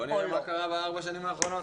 בואי נראה מה קרה בארבע השנים האחרונות.